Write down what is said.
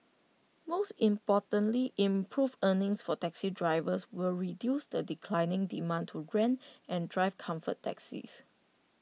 most importantly improved earnings for taxi drivers will reduce the declining demand to rent and drive comfort taxis